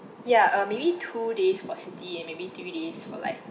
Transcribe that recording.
ya uh maybe two days for city and maybe three days for like